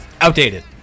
Outdated